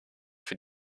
für